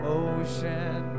ocean